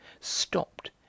stopped